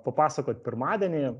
papasakot pirmadienį